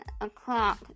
o'clock